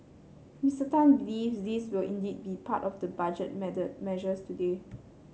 Mister Tan believes these will indeed be part of the Budget measures today